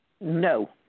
No